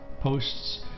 posts